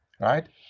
right